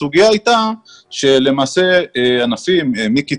הסוגיה הייתה שלמעשה ענפים חבר הכנסת לוי